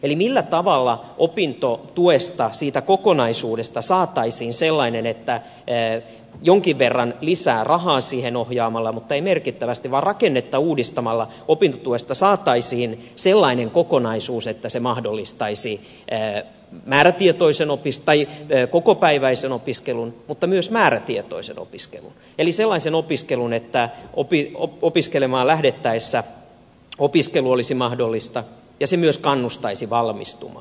millä tavalla opintotuesta siitä kokonaisuudesta jonkin verran lisää rahaa siihen ohjaamalla mutta ei merkittävästi vaan rakennetta uudistamalla saataisiin sellainen kokonaisuus että se mahdollistaisi kokopäiväisen opiskelun mutta myös määrätietoisen opiskelun eli sellaisen opiskelun että opiskelemaan lähdettäessä opiskelu olisi mahdollista ja se myös kannustaisi valmistumaan